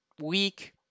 week